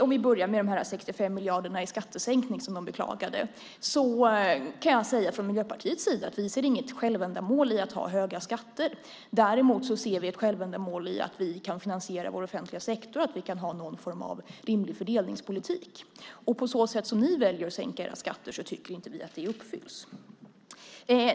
Om vi börjar med de 65 miljarderna i skattesänkning som de beklagade kan jag säga att vi från Miljöpartiets sida inte ser något självändamål i att ha höga skatter. Däremot ser vi ett självändamål i att vi kan finansiera vår offentliga sektor och att vi kan ha någon form av rimlig fördelningspolitik. På det sätt som ni väljer att sänka era skatter tycker inte vi att det uppfylls.